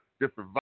Different